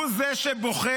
הוא זה שבוחר,